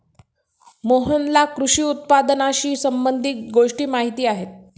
मोहनला कृषी उत्पादनाशी संबंधित गोष्टी माहीत आहेत